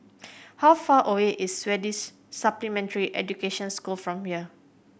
how far away is Swedish Supplementary Education School from here